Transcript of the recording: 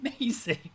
amazing